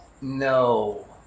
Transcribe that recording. No